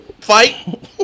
fight